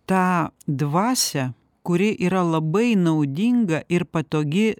tą dvasią kuri yra labai naudinga ir patogi